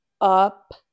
up